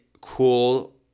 cool